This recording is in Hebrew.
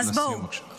נא לסיים, בבקשה.